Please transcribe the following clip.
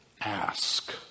ask